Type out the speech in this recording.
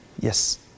yes